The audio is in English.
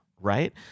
right